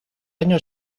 año